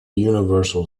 universal